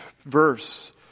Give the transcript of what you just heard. verse